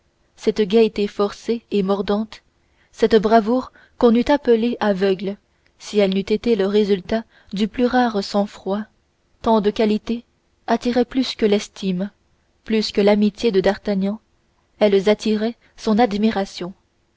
cette gaieté forcée et mordante cette bravoure qu'on eût appelée aveugle si elle n'eût été le résultat du plus rare sang-froid tant de qualités attiraient plus que l'estime plus que l'amitié de d'artagnan elles attiraient son admiration